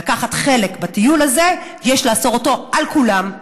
לקחת חלק בטיול הזה, יש לאסור אותו על כולם.